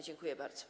Dziękuję bardzo.